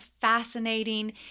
fascinating